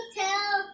tell